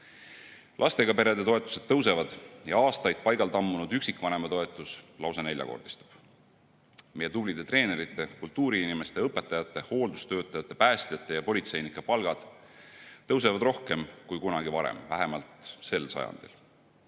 Lastega perede toetused tõusevad ja aastaid paigal tammunud üksikvanema toetus lausa neljakordistub. Meie tublide treenerite, kultuuriinimeste, õpetajate, hooldustöötajate, päästjate ja politseinike palgad tõusevad rohkem kui kunagi varem, vähemalt sel sajandil.